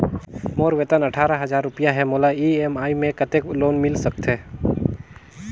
मोर वेतन अट्ठारह हजार रुपिया हे मोला ई.एम.आई मे कतेक लोन मिल सकथे?